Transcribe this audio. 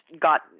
got